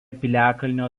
piliakalnio